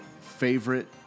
favorite